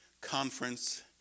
conference